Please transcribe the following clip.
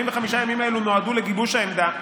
45 ימים האלה נועדו לגיבוש העמדה.